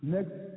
Next